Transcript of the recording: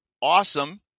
Awesome